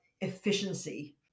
efficiency